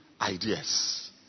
ideas